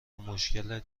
مشکل